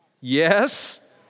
yes